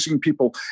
people